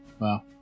Wow